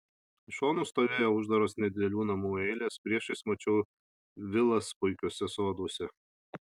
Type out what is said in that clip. iš šonų stovėjo uždaros nedidelių namų eilės priešais mačiau vilas puikiuose soduose